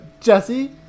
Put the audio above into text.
Jesse